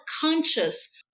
conscious